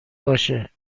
باشه